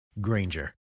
Granger